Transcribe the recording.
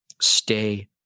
stay